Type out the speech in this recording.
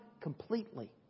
completely